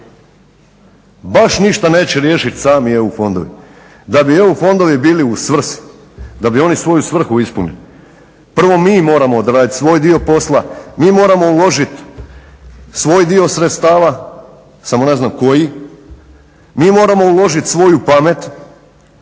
baš ništa neće riješiti sami EU fondovi. Da bi EU fondovi bili u svrsi, da bi oni svoju svrhu ispunili, prvo mi moramo odraditi svoj dio posla, mi moramo uložiti svoj dio sredstava samo ne znam koji. Mi moramo uložiti svoju pamet